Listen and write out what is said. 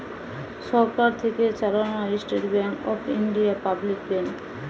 সরকার থেকে চালানো State Bank of India public bank